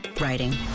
writing